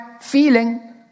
feeling